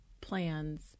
plans